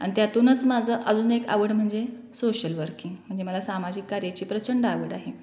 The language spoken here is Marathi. आण त्यातूनच माझं अजून एक आवड म्हणजे सोशल वर्किंग म्हणजे मला सामाजिक कार्याची प्रचंड आवड आहे